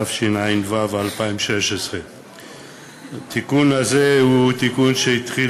התשע"ו 2016. התיקון הזה הוא תיקון שהתחיל